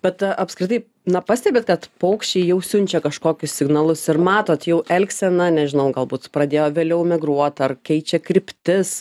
bet apskritai na pastebit kad paukščiai jau siunčia kažkokius signalus ir matot jau elgseną nežinau galbūt pradėjo vėliau migruot ar keičia kryptis